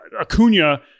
Acuna